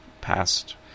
past